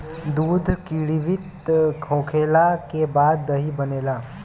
दूध किण्वित होखला के बाद दही बनेला